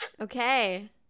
Okay